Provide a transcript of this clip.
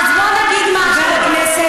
אז בוא נגיד משהו.